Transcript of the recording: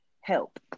Help